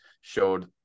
showed